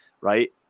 right